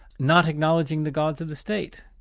not acknowledging the gods of the state?